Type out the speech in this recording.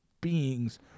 beings